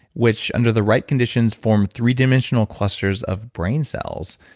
which under the right conditions form three-dimensional clusters of brain cells,